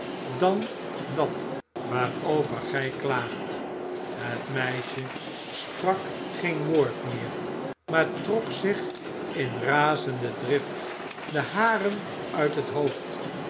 dan dat waarover gij klaagt het meisje sprak geen woord meer maar trok zich in razende drift de haren uit het hoofd